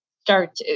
start